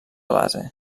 base